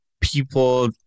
people